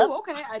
okay